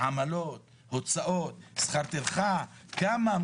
עמלות, הוצאות, שכר טרחה, כמה.